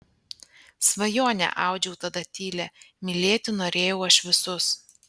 svajonę audžiau tada tylią mylėti norėjau aš visus